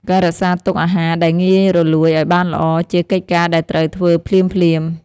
ការរក្សាទុកអាហារដែលងាយរលួយឱ្យបានល្អ ជាកិច្ចការដែលត្រូវធ្វើភ្លាមៗ។